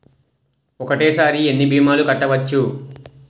ఒక్కటేసరి ఎన్ని భీమాలు కట్టవచ్చు?